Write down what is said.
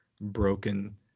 broken